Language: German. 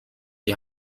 die